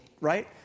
right